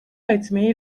etmeyi